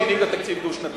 שהנהיגה תקציב דו-שנתי.